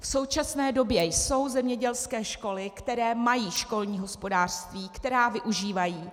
V současné době jsou zemědělské školy, které mají školní hospodářství, která využívají.